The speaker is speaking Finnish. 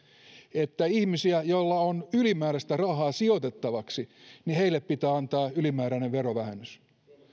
että ihmisille joilla on ylimääräistä rahaa sijoitettavaksi pitää antaa ylimääräinen verovähennys